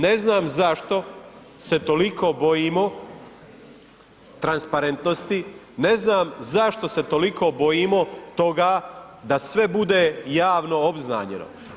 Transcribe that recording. Ne znam zašto se toliko bojimo transparentnosti, ne znam zašto se toliko bojimo toga da sve bude javno obznanjeno.